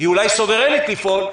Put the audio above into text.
היא אולי סוברנית לפעול,